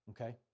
okay